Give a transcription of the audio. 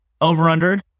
Over-under